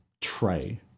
tray